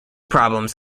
problems